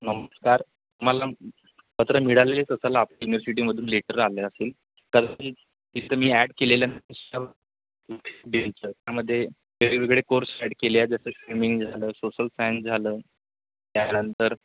नमस्कार तुम्हाला पत्र मिळालेच असेल आपल्या युनिव्हर्सिटीमधून लेटर आले असेल कारण की तिथं मी ॲड केलेल्या त्यामध्ये वेगवेगळे कोर्स ॲड केले आहेत जसं स्विमिंग झालं सोशल सायन्स झालं त्यानंतर